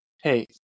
Hey